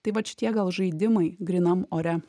tai vat šitie gal žaidimai grynam ore